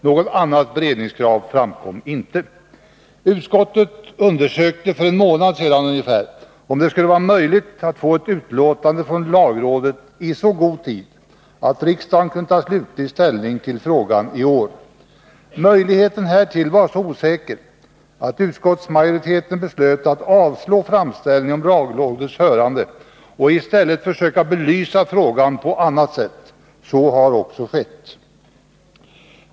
Något annat beredningskrav framkom inte. Utskottet undersökte för ungefär en månad sedan om det skulle vara möjligt att få utlåtande från lagrådet i så god tid att riksdagen kunde ta slutlig ställning till frågan i år. Möjligheten härtill var så osäker att utskottsmajoriteten beslöt att avslå framställningen om lagrådets hörande och i stället försöka belysa frågan på annat sätt. Så har också skett.